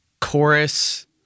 chorus